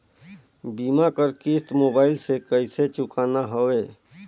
बीमा कर किस्त मोबाइल से कइसे चुकाना हवे